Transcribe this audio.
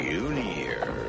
Junior